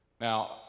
now